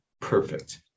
perfect